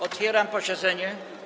Otwieram posiedzenie.